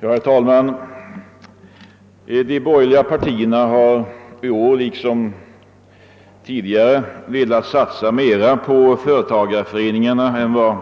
Herr talman! De borgerliga partierna har i år liksom tidigare velat satsa mer på företagareföreningarna än vad